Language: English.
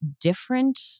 different